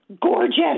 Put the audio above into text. gorgeous